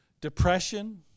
Depression